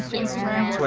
instagram.